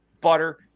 butter